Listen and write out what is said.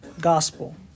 gospel